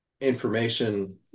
information